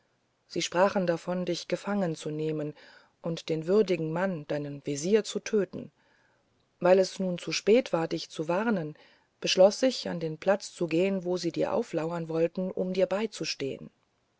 sie sprachen davon dich gefangenzunehmen und den würdigen mann deinen wesir zu töten weil es nun zu spät war dich zu warnen beschloß ich an den platz zu gehen wo sie dir auflauern wollten um dir beizustehen